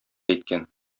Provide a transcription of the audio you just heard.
әйткән